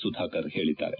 ಸುಧಾಕರ್ ಹೇಳಿದ್ದಾರೆ